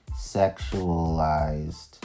Sexualized